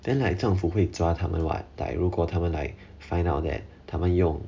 then like 政府会抓他们 [what] like 如果他们 find out that 他们用